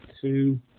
two